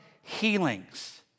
healings